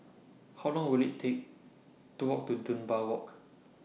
How Long Will IT Take to Walk to Dunbar Walk